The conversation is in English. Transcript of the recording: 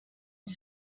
was